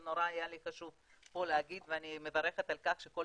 זה נורא היה לי חשוב להגיד פה ואני מברכת על כך שכל